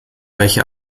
welche